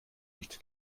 nicht